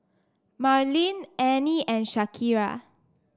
Marleen Anie and Shakira